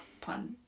pun